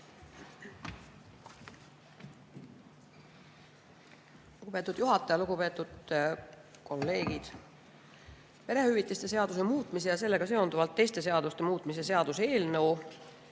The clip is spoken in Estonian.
Lugupeetud juhataja! Lugupeetud kolleegid! Perehüvitiste seaduse muutmise ja sellega seonduvalt teiste seaduste muutmise seaduse eelnõu